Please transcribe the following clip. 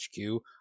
HQ